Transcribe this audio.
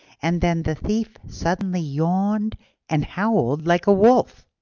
and then the thief suddenly yawned and howled like a wolf.